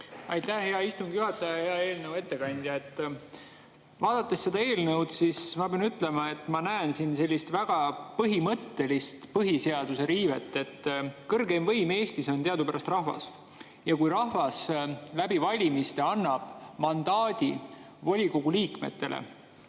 Aitäh, hea istungi juhataja! Hea eelnõu ettekandja! Vaadates seda eelnõu, ma pean ütlema, et ma näen siin väga põhimõttelist põhiseaduse riivet. Kõrgeim võim Eestis on teadupärast rahvas. Kui rahvas annab valimistel mandaadi volikogu liikmetele,